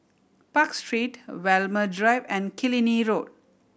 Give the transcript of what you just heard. Park Street Walmer Drive and Killiney Road